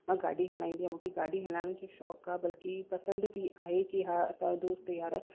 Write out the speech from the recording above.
मां गाॾी हलाईंदी आहियां मूंखे गाॾी हलाइण जो शौक़ु आहे बल्कि पसंदि बि आहे कि हा असां दोस्त यार